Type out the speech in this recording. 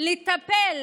לטפל